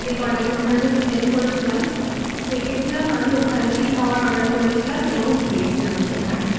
যে কটা দিন ওখানে আমি স্পেন্ড করেছিলাম থেকে ছিলাম আমি ওখান থেকেই খাওয়ার অর্ডার করেছিলাম এবং খেয়েছিলাম সেখানে